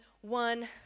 one